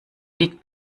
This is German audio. liegt